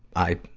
i,